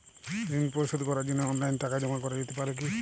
ঋন পরিশোধ করার জন্য অনলাইন টাকা জমা করা যেতে পারে কি?